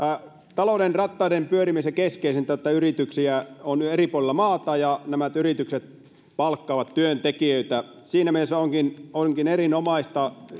talouden rattaiden pyörimisessä keskeisintä on että yrityksiä on jo eri puolilla maata ja nämä yritykset palkkaavat työntekijöitä siinä mielessä onkin onkin erinomaista